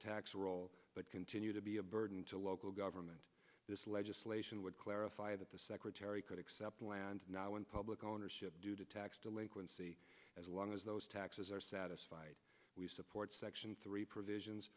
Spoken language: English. tax rolls but continue to be a burden to local government this legislation would clarify that the secretary could accept land now in public ownership due to tax delinquency as long as those taxes are satisfied we support section three provisions